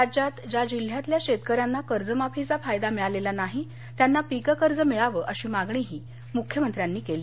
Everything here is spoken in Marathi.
राज्यात ज्या जिल्ह्यांतल्या शेतकऱ्यांना कर्जमाफीचा फायदा मिळालेला नाही त्यांना पिककर्ज मिळावं अशी मागणीही मुख्यमंत्र्यांनी केली